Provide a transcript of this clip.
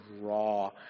raw